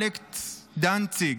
אלכס דנציג,